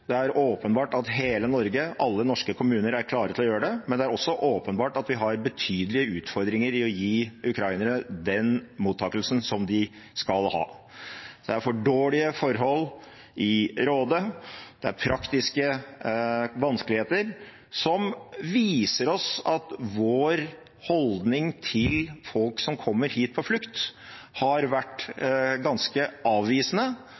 Det er åpenbart at hele Norge og alle norske kommuner er klare til å gjøre det, men det er også åpenbart at vi har betydelige utfordringer med å gi ukrainere den mottakelsen som de skal ha. Det er for dårlige forhold i Råde. Det er praktiske vanskeligheter, som viser oss at vår holdning til folk som kommer hit på flukt, har vært ganske avvisende,